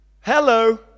Hello